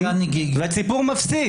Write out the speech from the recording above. והציבור מפסיד.